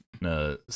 no